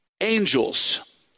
angels